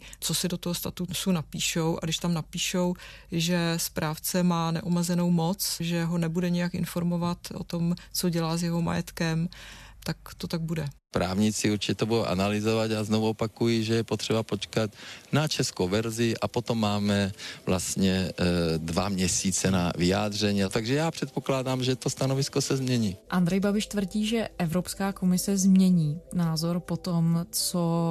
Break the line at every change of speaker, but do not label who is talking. co si do toho statutu napíšou. A když tam napíšou, že správce má neomezenou moc, že ho nebude nějak informovat o tom, co dělá s jeho majetkem, tak to tak bude.
Právníci určitě to budou analyzovat a znovu opakuji, že je potřeba počkat na českou verzi a potom máme vlastně, eh, dva měsíce na vyjádření. Takže já předpokládám, že to stanovisko se změní.
Andrej Babiš tvrdí, že Evropská komise změní názor po tom, co